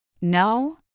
No